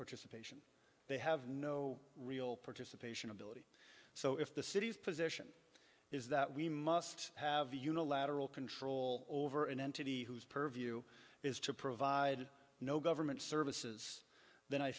payer they have no real participation ability so if the city's position is that we must have a unilateral control over an entity whose purview is to provide no government services then i